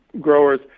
growers